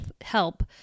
help